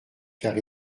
car